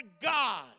God